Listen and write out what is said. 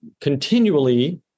continually